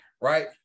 Right